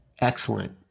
Excellent